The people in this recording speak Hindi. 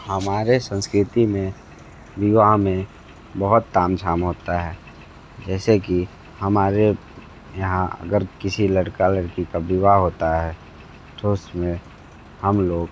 हमारे संस्कृति में विवाह में बहुत ताम झाम होता है जैसे कि हमारे यहाँ अगर किसी लड़का लड़की का विवाह होता है तो उस में हम लोग